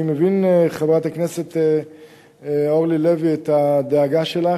אני מבין, חברת הכנסת אורלי לוי, את הדאגה שלך.